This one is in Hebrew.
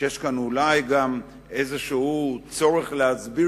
שיש כאן אולי גם איזה צורך להסביר